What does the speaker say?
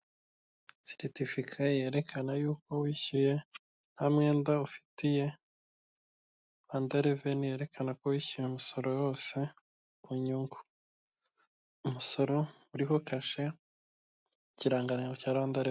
Seritifika yerekana yuko wishyuye nta mwenda ufitiye Rwanda Revenue yerekana ko wishyuye umusoro wose, umusoro uriho kashe, ikirangantego cya Rwanda Revenue.